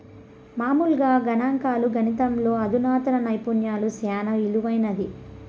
మామూలుగా గణంకాలు, గణితంలో అధునాతన నైపుణ్యాలు సేనా ఇలువైనవి